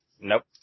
Nope